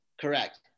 Correct